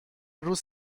روز